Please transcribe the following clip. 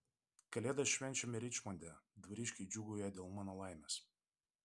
kalėdas švenčiame ričmonde dvariškiai džiūgauja dėl mano laimės